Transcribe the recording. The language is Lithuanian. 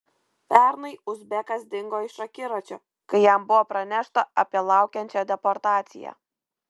pernai uzbekas dingo iš akiračio kai jam buvo pranešta apie laukiančią deportaciją